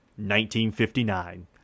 1959